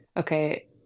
okay